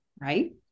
right